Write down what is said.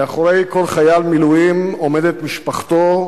מאחורי כל חייל מילואים עומדת משפחתו,